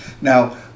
Now